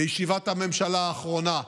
בישיבת הממשלה האחרונה,